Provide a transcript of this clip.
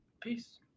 Peace